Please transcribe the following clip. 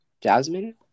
Jasmine